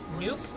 Nope